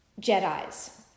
Jedis